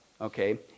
Okay